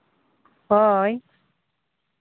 ᱦᱳᱭ